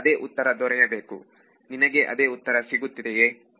ನನಗೆ ಅದೇ ಉತ್ತರ ದೊರೆಯಬೇಕು ನಿನಗೆ ಅದೇ ಉತ್ತರ ಸಿಗುತ್ತಿದೆಯೇ